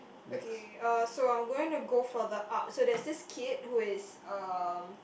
okay uh so I'm going to go further up so there's this kid who is um